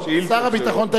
שר הביטחון,